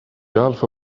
alpha